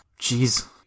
Jeez